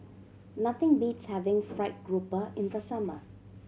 nothing beats having fried grouper in the summer